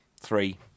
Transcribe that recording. three